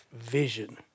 vision